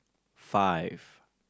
five